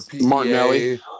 Martinelli